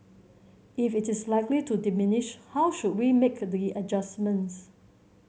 if it is likely to diminish how should we make the adjustments